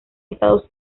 estados